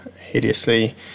hideously